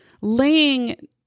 laying